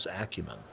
acumen